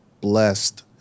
blessed